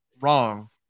wrong